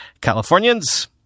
Californians